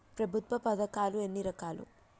ప్రభుత్వ పథకాలు ఎన్ని రకాలు?